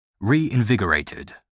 Reinvigorated